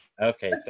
okay